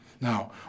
Now